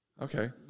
Okay